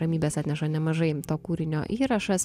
ramybės atneša nemažai to kūrinio įrašas